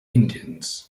indians